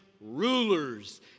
rulers